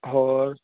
ਹੋਰ